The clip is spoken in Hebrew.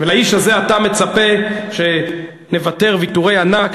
ולאיש הזה אתה מצפה שנוותר ויתורי ענק,